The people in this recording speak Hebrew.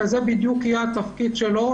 ומה שאמר חבר הכנסת אלחרומי יהיה בדיוק התפקיד שלו,